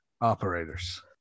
operators